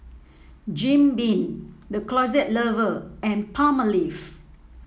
Jim Beam The Closet Lover and Palmolive